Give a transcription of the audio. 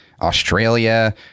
Australia